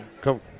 come